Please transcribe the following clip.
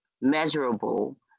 measurable